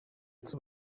its